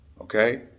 Okay